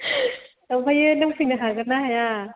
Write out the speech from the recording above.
ओमफ्रायो नों फैनो हागोन ना हाया